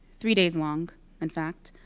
three days long in fact.